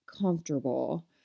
comfortable